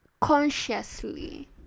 consciously